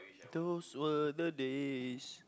those were the days